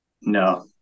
No